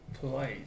Twice